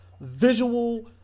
visual